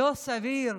לא סביר.